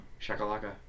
shakalaka